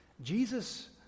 Jesus